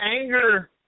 anger